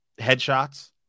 headshots